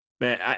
man